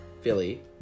Philly